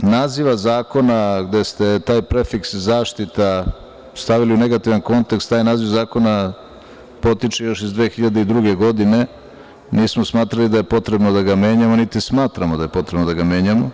naziva zakona, gde ste taj prefiks zaštita stavili u negativan kontekst, taj naziv zakona potiče još iz 2002. godine, nismo smatrali da je potrebno da ga menjamo, niti smatramo da je potrebno da ga menjamo.